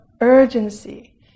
urgency